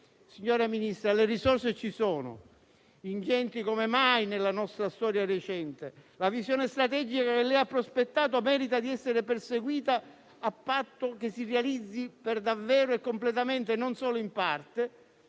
Signora Ministra, le risorse ci sono, ingenti come mai nella nostra storia recente; la visione strategica che lei ha prospettato merita di essere perseguita, a patto che si realizzi per davvero e completamente, non solo in parte.